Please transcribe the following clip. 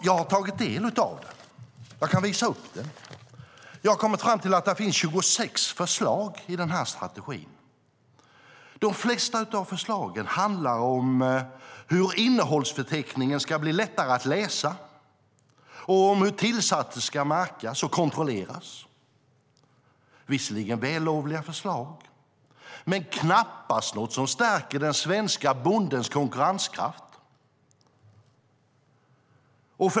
Jag har tagit del av det och kommit fram till att det finns 26 förslag i strategin. De flesta handlar om hur innehållsförteckningen ska bli lättare att läsa och hur tillsatser ska märkas och kontrolleras. Det är visserligen vällovliga förslag men knappast något som stärker den svenska bondens konkurrenskraft.